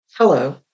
Hello